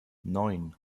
neun